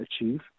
achieve